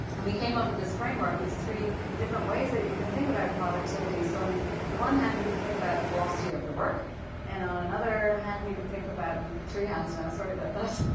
and we came up with this framework, these three different ways that you can think about productivity. so in the one hand, you can think about the velocity of the work and on another hand you can think about three hands now, sorry about that.